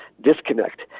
disconnect